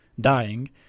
dying